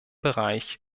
bereich